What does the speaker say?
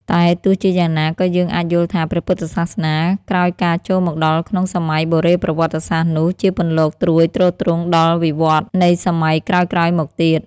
តែទោះជាយ៉ាងណា ក៏យើងអាចយល់ថា ព្រះពុទ្ធសាសនាក្រោយការចូលមកដល់ក្នុងសម័យបុរេប្រវត្តិសាស្ត្រនោះ ជាពន្លកត្រួយទ្រទ្រង់ដល់វិវឌ្ឍន៍នៃសម័យក្រោយៗមកទៀត ។